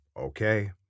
okay